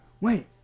Wait